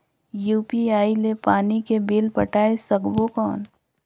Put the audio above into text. UPI ले पानी के बिल पटाय सकबो कौन?